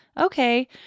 Okay